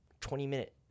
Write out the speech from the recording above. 20-minute